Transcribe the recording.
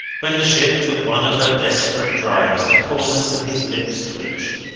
when the ship took one of her desperate dives the corners of his lips twitched.